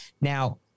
Now